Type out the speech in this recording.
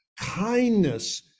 Kindness